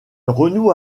renoue